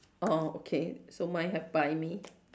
orh okay so mine have buy me